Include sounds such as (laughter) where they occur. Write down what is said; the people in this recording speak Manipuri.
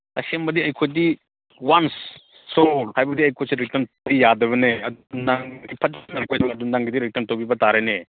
ꯑꯁꯦꯡꯕꯗꯤ ꯑꯩꯈꯣꯏꯗꯤ ꯋꯥꯟꯁ ꯁꯣꯜ ꯍꯥꯏꯕꯗꯤ ꯑꯩꯈꯣꯏꯁꯦ ꯔꯤꯇꯔꯟꯗꯤ ꯌꯥꯗꯕꯅꯦ ꯑꯗꯨ ꯅꯪ (unintelligible) ꯅꯪꯒꯤꯗꯤ ꯔꯤꯇꯔꯟ ꯇꯧꯕꯤꯕ ꯇꯥꯔꯦꯅꯦ